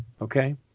Okay